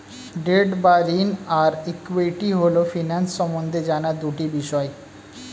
date বা ঋণ আর ইক্যুইটি হল ফিন্যান্স সম্বন্ধে জানার দুটি বিষয়